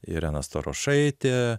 irena starošaitė